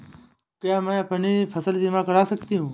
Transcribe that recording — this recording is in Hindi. क्या मैं अपनी फसल बीमा करा सकती हूँ?